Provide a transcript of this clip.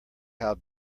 how